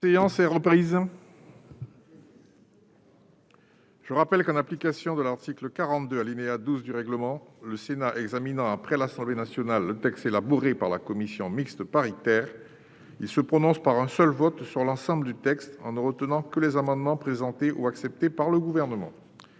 le projet de loi. Je rappelle que, en application de l'article 42, alinéa 12, du règlement, le Sénat examinant après l'Assemblée nationale le texte élaboré par la commission mixte paritaire, il se prononce par un seul vote sur l'ensemble du texte en ne retenant que les amendements présentés ou acceptés par le Gouvernement.